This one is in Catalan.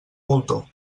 moltó